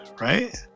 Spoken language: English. right